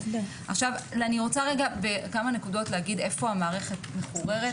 אני רוצה בכמה נקודות להגיד איפה המערכת מחוררת,